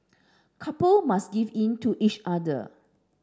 couple must give in to each other